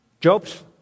Job's